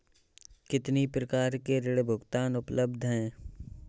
कितनी प्रकार के ऋण भुगतान उपलब्ध हैं?